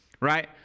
right